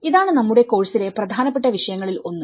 ഇതാണ് നമ്മുടെ കോഴ്സിലെ പ്രധാനപ്പെട്ട വിഷയങ്ങളിൽ ഒന്ന്